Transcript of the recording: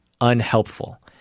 unhelpful